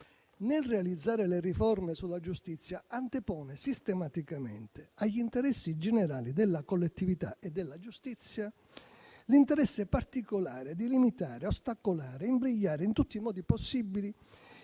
nel realizzare le riforme sulla giustizia, antepone sistematicamente agli interessi generali della collettività e della giustizia, l'interesse particolare di limitare, ostacolare e imbrigliare in tutti i modi possibili